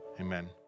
amen